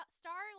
star